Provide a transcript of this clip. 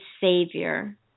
Savior